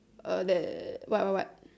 a that what what what